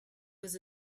was